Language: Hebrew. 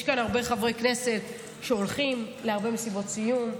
יש כאן הרבה חברי כנסת שהולכים להרבה מסיבות סיום.